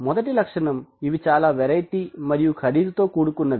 మొదటి లక్షణం ఇవి చాలా వెరైటీ మరియు ఖరీదుతో కూడుకున్నవి